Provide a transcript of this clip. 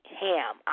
ham